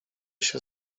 się